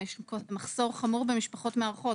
יש מחסור חמור במשפחות מארחות,